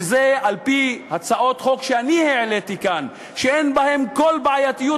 וזה על-פי הצעות חוק שאני העליתי כאן שאין בהן כל בעייתיות